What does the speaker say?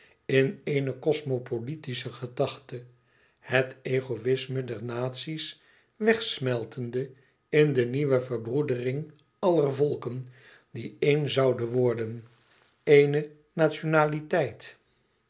in ééne cosmopolitische gedachte het egoïsme der naties wegsmeltende in de nieuwe verbroedering aller volkeren die één zouden worden ééne nationaliteit